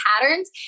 patterns